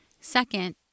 Second